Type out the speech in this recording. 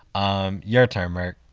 um your turn, merk